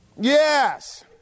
Yes